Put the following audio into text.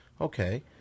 Okay